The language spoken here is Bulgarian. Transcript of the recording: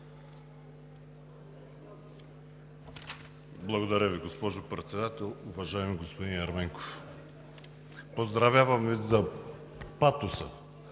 Благодаря Ви, госпожо Председател. Уважаеми господин Ерменков, поздравявам Ви за патоса